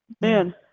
Man